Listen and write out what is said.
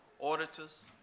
auditors